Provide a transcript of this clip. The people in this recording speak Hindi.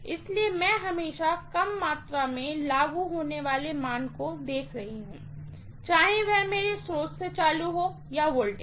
इसलिए मैं हमेशा कम मात्रा में लागू होने वाले मान को देख रही हूँ चाहे वह मेरे स्रोत से चालू हो या वोल्टेज